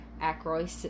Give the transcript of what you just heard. Ackroyd